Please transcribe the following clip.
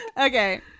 Okay